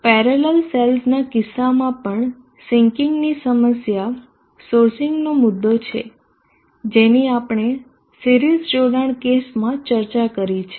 parallel સેલ્સના કિસ્સામાં પણ સીન્કીંગની સમસ્યા સોર્સિંગનો મુદ્દો છે જેની આપણે સિરીઝ જોડાણ કેસમાં ચર્ચા કરી છે